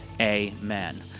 Amen